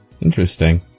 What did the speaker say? Interesting